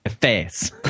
face